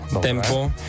Tempo